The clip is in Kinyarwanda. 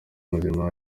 muzima